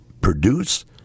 produce